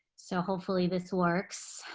so hopefully, this works.